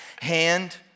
hand